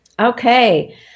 Okay